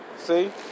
See